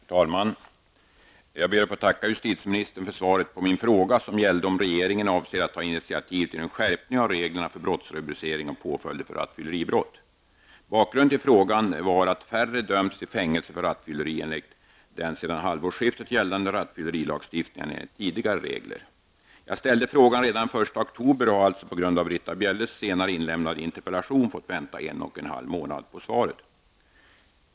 Herr talman! Jag ber att få tacka justitieministern för svaret på min fråga, som gällde om regeringen avser att ta initiativ till en skärpning av reglerna för brottsrubricering och påföljder när det gäller rattfylleribrott. Bakgrunden till frågan var att färre dömts till fängelse för rattfylleri enligt den sedan halvårsskiftet gällande rattfyllerilagstiftningen än enligt tidigare gällande lagstiftning. Jag ställde frågan redan den 1 oktober och har alltså på grund av Britta Bjelles senare inlämnade interpellation fått vänta en och en halv månad på svar.